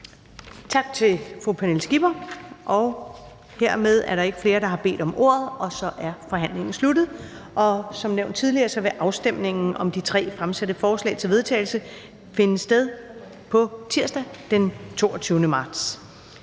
Tak til fru Pernille Skipper. Hermed er der ikke flere, der har bedt om ordet, og forhandlingen er sluttet. Som nævnt tidligere vil afstemning om de tre fremsatte forslag til vedtagelse finde sted på tirsdag, den 22. marts